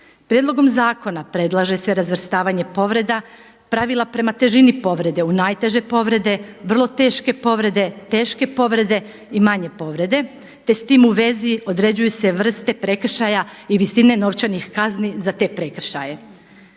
Prijedlogom zakona predlaže se razvrstavanje povreda, pravila prema težini povrede, u najteže povrede, vrlo teške povrede, teške povrede i manje povrede, te s time u vezi određuju se vrste prekršaja i visine novčanih kazni za te prekršaje.